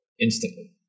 instantly